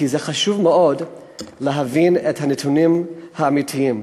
כי חשוב מאוד להבין את הנתונים האמיתיים.